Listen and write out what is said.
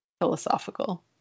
philosophical